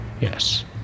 Yes